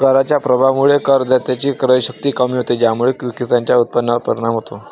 कराच्या प्रभावामुळे करदात्याची क्रयशक्ती कमी होते, ज्यामुळे विक्रेत्याच्या उत्पन्नावर परिणाम होतो